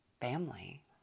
family